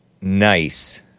nice